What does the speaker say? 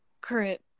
current